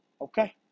okay